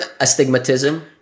astigmatism